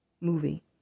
movie